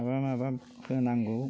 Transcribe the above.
माबा माबा होनांगौ